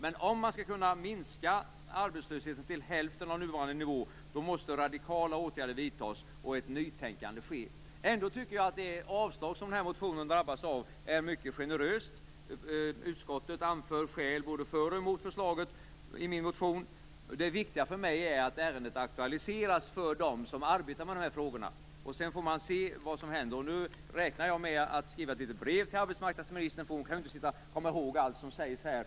Men om man skall kunna minska arbetslösheten till hälften av nuvarande nivå måste radikala åtgärder vidtas och ett nytänkande ske. Det yrkande om avslag som den här motionen drabbas av är mycket generöst. Utskottet anför skäl både för och emot förslaget i min motion. Det viktiga för mig är att ärendet aktualiseras för dem som arbetar med dessa frågor. Sedan får man se vad som händer. Nu räknar jag med att skriva ett litet brev till arbetsmarknadsministern, eftersom hon inte kan sitta och komma ihåg allt som sägs här.